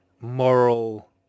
moral